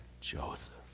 Joseph